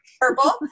Purple